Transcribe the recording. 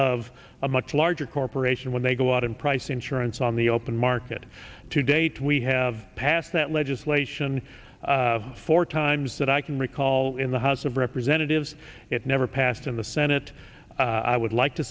of a much larger corporation when they go out in price insurance on the open market to date we have passed that legislation four times that i can recall in the house of representatives it never passed in the senate i would like to